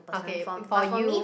okay if for you